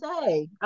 say